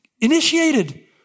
initiated